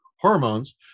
hormones